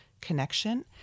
connection